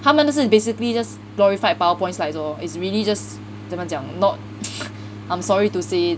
他们的是 basically just glorified powerpoint slides lor it's really just 怎么讲 not I'm sorry to say